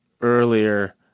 earlier